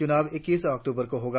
चुनाव ईक्कीस अक्टूबर को होगा